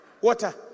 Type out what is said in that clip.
water